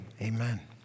amen